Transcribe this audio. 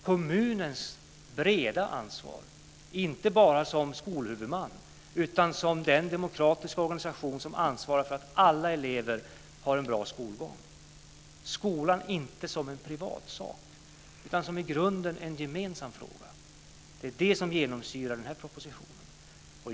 Kommunen har ett brett ansvar, inte bara som skolhuvudman utan som den demokratiska organisation som ansvarar för att alla elever har en bra skolgång. Skolan är inte en privatsak utan en i grunden gemensam fråga. Det är det som genomsyrar denna proposition.